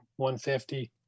150